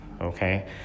okay